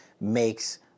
makes